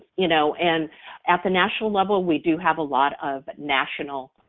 you know, and at the national level, we do have a lot of national,